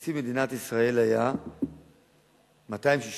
תקציב מדינת ישראל היה 260 מיליארד,